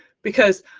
because